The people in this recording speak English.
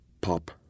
Pop